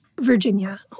Virginia